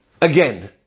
Again